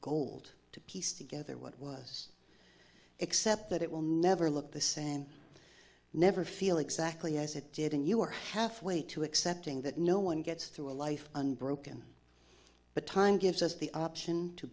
gold to piece together what was except that it will never look the same never feel exactly as it did and you are halfway to accepting that no one gets through a life unbroken but time gives us the option to